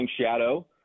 shadow